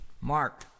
Mark